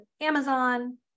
Amazon